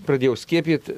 pradėjau skiepyt